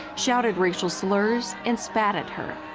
shouted racial slurs, and spat at her.